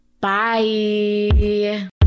Bye